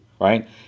right